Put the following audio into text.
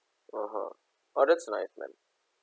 (uh huh) oh that's nice man